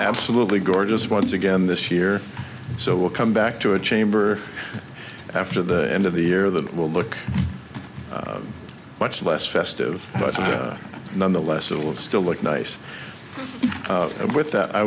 absolutely gorgeous once again this year so we'll come back to a chamber after the end of the year that will look much less festive but nonetheless it will still look nice and with that i